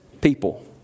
people